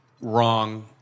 wrong